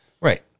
Right